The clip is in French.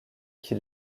qui